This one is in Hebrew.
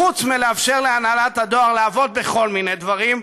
חוץ מלאפשר להנהלת הדואר לעבוד בכל מיני דברים,